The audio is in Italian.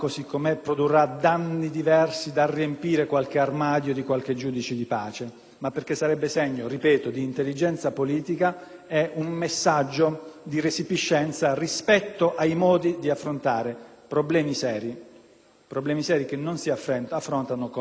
ma perché sarebbe segno - ripeto - di intelligenza politica e un messaggio di resipiscenza rispetto ai modi di affrontare problemi seri, che non si possono affrontare con comportamenti e elaborazioni di norme che seri non sono affatto.